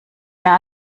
mehr